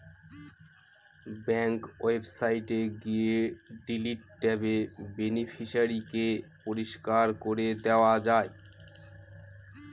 bank ওয়েবসাইটে গিয়ে delete ট্যাবে বেনিফিশিয়ারি কে পরিষ্কার করে দেওয়া যায়